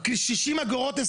60 אגורות.